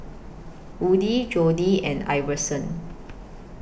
Woodie Jody and Iverson